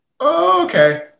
okay